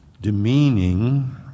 demeaning